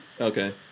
Okay